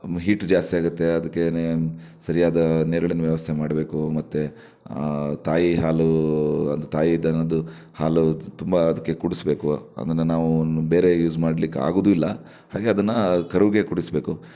heat ಜಾಸ್ತಿ ಆಗುತ್ತೆ ಅದಕ್ಕೇನೆ ಸರಿಯಾದ ನೆರಳಿನ ವ್ಯವಸ್ಥೆ ಮಾಡಬೇಕು ಮತ್ತು ತಾಯಿ ಹಾಲು ಅಂದು ತಾಯಿ ದನದ್ದು ಹಾಲು ತುಂಬ ಅದಕ್ಕೆ ಕುಡಿಸ್ಬೇಕು ಅದನ್ನು ನಾವು ಬೇರೆ ಯೂಸ್ ಮಾಡ್ಲಿಕ್ಕೆ ಆಗೋದು ಇಲ್ಲ ಹಾಗೆ ಅದನ್ನು ಕರುವಿಗೆ ಕುಡಿಸ್ಬೇಕು